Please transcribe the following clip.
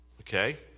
okay